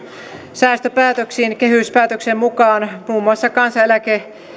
säästöpäätöksiin kehyspäätöksen mukaan muun muassa kansaneläkeindeksiin